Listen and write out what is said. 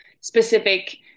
specific